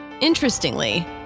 Interestingly